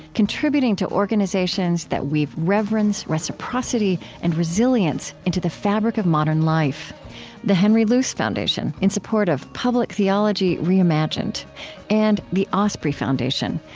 contributing to organizations that weave reverence, reciprocity, and resilience into the fabric of modern life the henry luce foundation, in support of public theology reimagined and the osprey foundation,